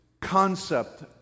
concept